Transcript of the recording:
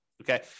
okay